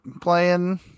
playing